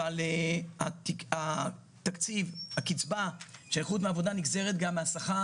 אבל הקצבה של נכות מעבודה נגזרת גם מהשכר